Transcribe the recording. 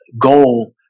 goal